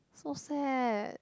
so sad